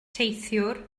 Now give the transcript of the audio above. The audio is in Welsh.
teithiwr